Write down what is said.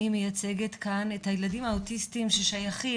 אני מייצגת כאן את הילדים והנערים האוטיסטים ששייכים